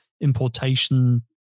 importation